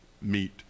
meet